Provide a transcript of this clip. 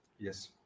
Yes